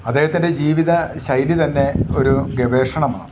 അദ്ദേഹത്തിൻ്റെ ജീവിത ശൈലിതന്നെ ഒരു ഗവേഷണമാണ്